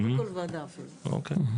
אוקי.